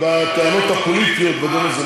עם הטענות הפוליטיות וכל זה.